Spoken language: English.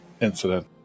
incident